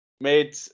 Made